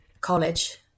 College